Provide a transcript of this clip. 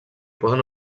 poden